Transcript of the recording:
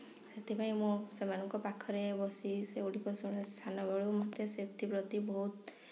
ସେଥିପାଇଁ ମୁଁ ସେମାନଙ୍କର ପାଖରେ ବସି ସେଗୁଡ଼ିକ ଶୁଣୁ ସାନ ବେଳୁ ସେଥିପ୍ରତି ବହୁତ୍